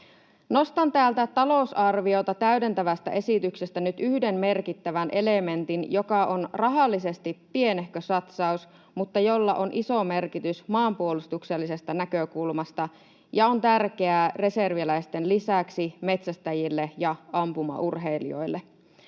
Nostan talousarviota täydentävästä esityksestä nyt yhden merkittävän elementin, joka on rahallisesti pienehkö satsaus mutta jolla on iso merkitys maanpuolustuksellisesta näkökulmasta ja joka on tärkeä reserviläisten lisäksi metsästäjille ja ampumaurheilijoille.